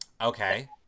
Okay